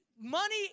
Money